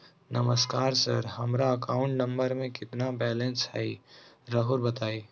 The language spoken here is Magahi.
नमस्कार सर हमरा अकाउंट नंबर में कितना बैलेंस हेई राहुर बताई?